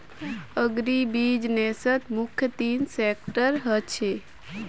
अग्रीबिज़नेसत मुख्य तीन सेक्टर ह छे